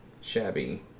shabby